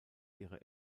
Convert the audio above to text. ihre